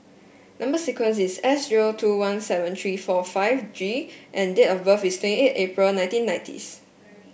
number sequence is S zero two one seven three four five G and date of birth is twenty eight April nineteen nineties